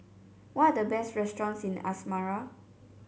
what are the best restaurants in Asmara